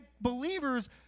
believers